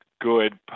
good